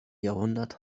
jahrhundert